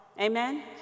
Amen